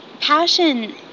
passion